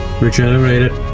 regenerated